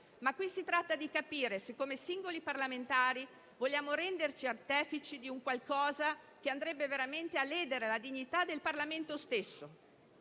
Qui si tratta di capire se, come singoli parlamentari, vogliamo renderci artefici di un qualcosa che andrebbe veramente a ledere la dignità del Parlamento stesso: